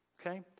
okay